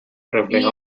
refleja